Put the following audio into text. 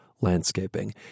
Landscaping